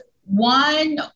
one